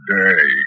day